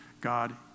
God